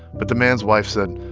but the man's wife said,